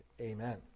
Amen